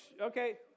okay